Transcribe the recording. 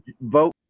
vote